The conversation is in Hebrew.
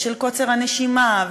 ושל קוצר הנשימה,